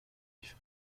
live